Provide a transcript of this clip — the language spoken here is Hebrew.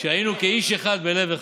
כשהיינו כאיש אחד ולב אחד.